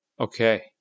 Okay